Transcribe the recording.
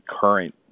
current